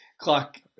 Clock